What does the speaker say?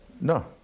No